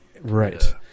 right